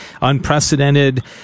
unprecedented